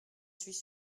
suis